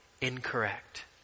incorrect